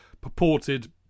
purported